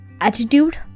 attitude